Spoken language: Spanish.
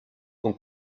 con